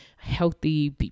healthy